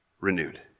renewed